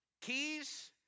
keys